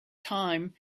time